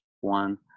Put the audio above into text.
one